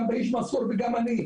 גם בהיג' מנצור וגם אני,